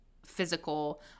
physical